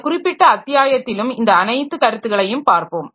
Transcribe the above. இந்த குறிப்பிட்ட அத்தியாயத்திலும் இந்த அனைத்து கருத்துக்களையும் பார்ப்போம்